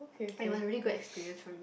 but it was really good experience for me